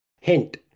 Hint